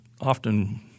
often